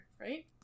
right